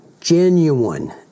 genuine